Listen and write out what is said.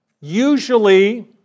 usually